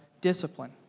discipline